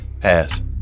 Pass